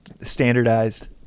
standardized